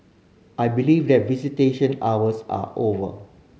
I believe that visitation hours are over